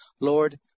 Lord